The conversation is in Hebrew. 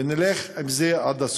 ונלך עם זה עד הסוף.